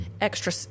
extra